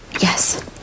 Yes